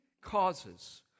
causes